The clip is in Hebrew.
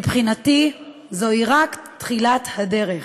מבחינתי זוהי רק תחילת הדרך,